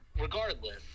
regardless